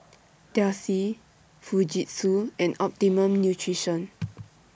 Delsey Fujitsu and Optimum Nutrition